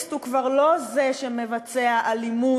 טרוריסט הוא כבר לא זה שמבצע אלימות